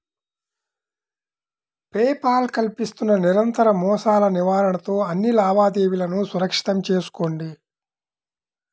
pay Paul కల్పిస్తున్న నిరంతర మోసాల నివారణతో అన్ని లావాదేవీలను సురక్షితం చేసుకోండి